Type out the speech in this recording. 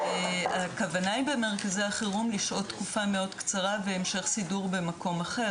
הכוונה היא במרכזי החירום לשהות תקופה מאוד קצרה והמשך סידור במקום אחר,